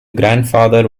grandfather